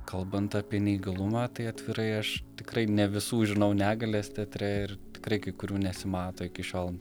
kalbant apie neįgalumą tai atvirai aš tikrai ne visų žinau negales teatre ir tikrai kurių nesimato iki šiol